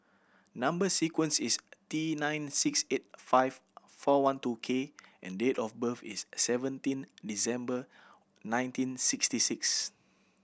number sequence is T nine six eight five four one two K and date of birth is seventeen December nineteen sixty six